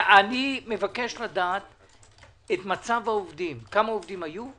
אני רוצה לדעת את מצב העובדים כמה עובדים היו,